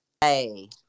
Hey